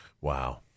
Wow